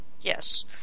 Yes